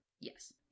Yes